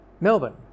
Melbourne